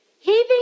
heaving